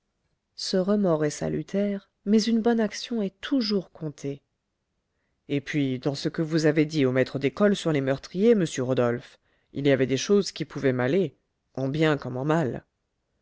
ce remords est salutaire mais une bonne action est toujours comptée et puis dans ce que vous avez dit au maître d'école sur les meurtriers monsieur rodolphe il y avait des choses qui pouvaient m'aller en bien comme en mal